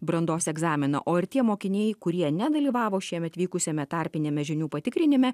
brandos egzaminą o ir tie mokiniai kurie nedalyvavo šiemet vykusiame tarpiniame žinių patikrinime